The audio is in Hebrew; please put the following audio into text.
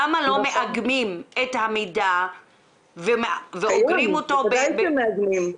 למה לא מאגמים את המידע ואוגרים אותו --- בוודאי שמאגמים.